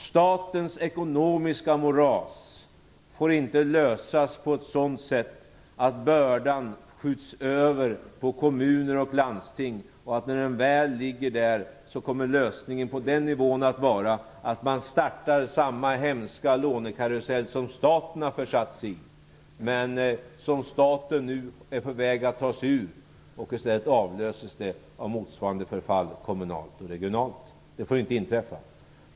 Statens ekonomiska moras får inte lösas på ett sådant sätt att bördan skjuts över på kommuner och landsting och att, när den väl ligger där, lösningen på den nivån kommer att vara att man startar samma hemska lånekarusell som staten försatt sig i men nu är på väg att ta sig ur. Det får inte inträffa att det avlöses av motsvarande förfall kommunalt och regionalt.